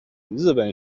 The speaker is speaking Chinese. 日本